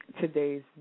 Today's